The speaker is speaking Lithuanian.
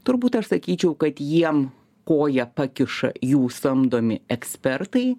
turbūt aš sakyčiau kad jiem koją pakiša jų samdomi ekspertai